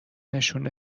نشون